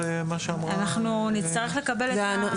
אנחנו נצטרך לקבל את השינוי הזה.